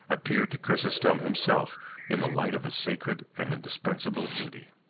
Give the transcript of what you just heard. appeared to chrysostom himself in the light of a sacred and indispensable duty.